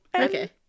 Okay